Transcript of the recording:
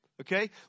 Okay